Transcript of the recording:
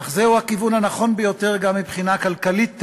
אך זהו הכיוון הנכון ביותר גם מבחינה כלכלית טהורה,